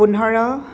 পোন্ধৰ